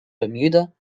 bermuda